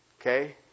Okay